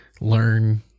learn